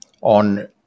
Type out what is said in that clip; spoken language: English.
on